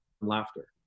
laughter